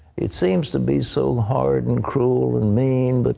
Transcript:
it seems to be so hard and cruel and mean. but,